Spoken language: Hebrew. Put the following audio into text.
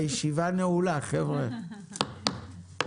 הישיבה ננעלה בשעה 09:54.